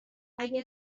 اگر